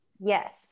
Yes